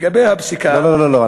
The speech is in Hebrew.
לגבי הפסיקה, לא, לא.